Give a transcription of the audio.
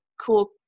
cool